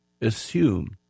assume